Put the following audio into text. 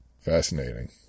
Fascinating